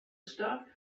stuff